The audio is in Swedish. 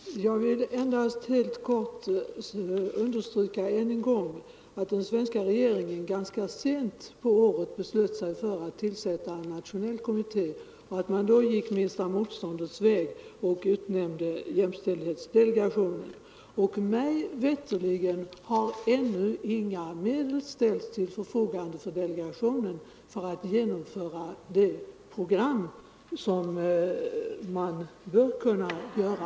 Herr talman! Jag vill endast helt kort understryka än en gång att den svenska regeringen ganska sent på året beslöt sig för att tillsätta en nationell kommitté och att man då gick minsta motståndets väg och utsåg jämställdhetsdelegationen. Mig veterligt har ännu inga medel ställts till förfogande för delegationen för det program som man bör kunna genomföra.